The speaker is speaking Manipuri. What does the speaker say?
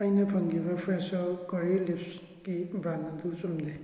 ꯑꯩꯅ ꯐꯪꯈꯤꯕ ꯐ꯭ꯔꯦꯁꯣ ꯀꯔꯤ ꯂꯤꯞꯁꯀꯤ ꯕ꯭ꯔꯥꯟ ꯑꯗꯨ ꯆꯨꯝꯗꯦ